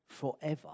forever